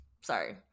Sorry